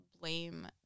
blame